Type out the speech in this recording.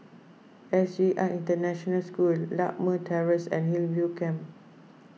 S J I International School Lakme Terrace and Hillview Camp